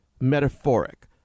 metaphoric